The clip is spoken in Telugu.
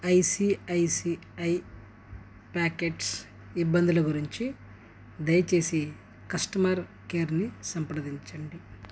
ఐసిఐసిఐ పాకెట్స్ ఇబ్బందుల గురించి దయచేసి కస్టమర్ కేర్ని సంప్రదించండి